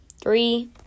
Three